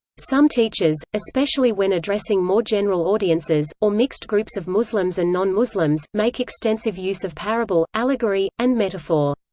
some teachers, especially when addressing more general audiences, or mixed groups of muslims and non-muslims, make extensive use of parable, allegory, and metaphor.